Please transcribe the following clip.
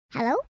Hello